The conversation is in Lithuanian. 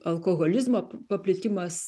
alkoholizmo paplitimas